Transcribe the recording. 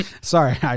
Sorry